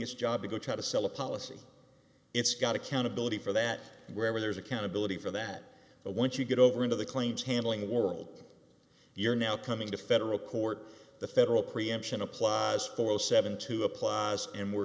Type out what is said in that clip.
its job to go try to sell a policy it's got accountability for that wherever there's accountability for that but once you get over into the claims handling world you're now coming to federal court the federal preemption applies for seven to apply and we're